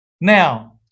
now